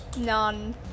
none